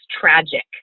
tragic